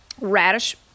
radish